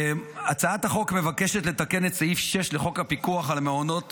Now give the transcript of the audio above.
הצעת החוק מבקשת לתקן את סעיף 6 לחוק הפיקוח על מעונות